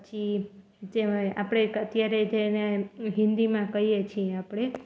પછી આપણે અત્યારે જેને હિન્દીમાં કહીએ છીએ આપણે